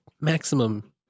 maximum